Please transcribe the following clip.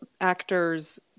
actors